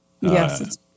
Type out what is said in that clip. Yes